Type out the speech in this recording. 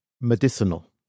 medicinal